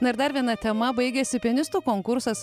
na ir dar viena tema baigėsi pianistų konkursas